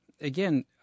again